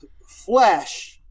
flesh